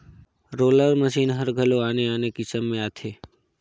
roller machine हर घलो आने आने किसम के आथे